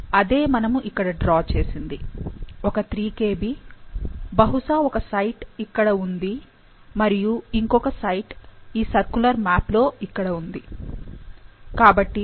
అదే మనము ఇక్కడ డ్రా చేసింది ఒక 3 kb బహుశా ఒక సైట్ ఇక్కడ ఉంది మరియు ఇంకొక సైట్ ఈ సర్కులర్ మ్యాప్ లో ఇక్కడ ఉంది